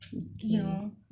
mm mm